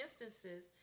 instances